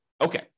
Okay